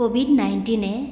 Covid নাইণ্টিনে